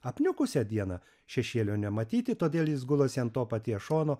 apniukusią dieną šešėlio nematyti todėl jis gulasi ant to paties šono